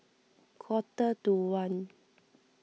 quarter to one